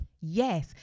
yes